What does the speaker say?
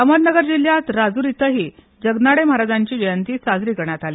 अहमदनगर जिल्ह्यात राजूर इथंही जगनाडे महाराजांची जयंती साजरी करण्यात आली